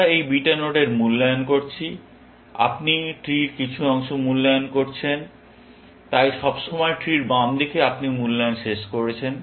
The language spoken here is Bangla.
আমরা এই বিটা নোডের মূল্যায়ন করছি এবং আপনি ট্রি র কিছু অংশ মূল্যায়ন করেছেন তাই সবসময় ট্রির বাম দিকে আপনি মূল্যায়ন শেষ করেছেন